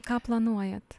ką planuojat